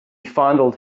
fondled